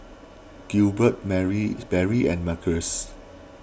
Gilbert Berry and Marques